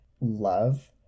love